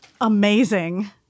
Amazing